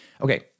okay